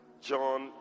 John